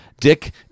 dick